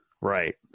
Right